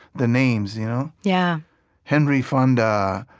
the names you know yeah henry fonda,